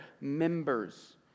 Members